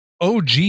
OG